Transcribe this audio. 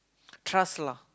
trust lah